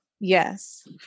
Yes